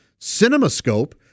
CinemaScope